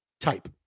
type